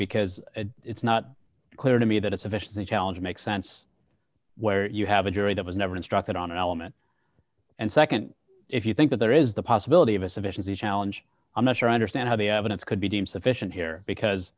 because it's not clear to me that it's official the challenge makes sense where you have a jury that was never instructed on an element and nd if you think that there is the possibility of a sufficiency challenge i'm not sure i understand how the evidence could be deemed sufficient here because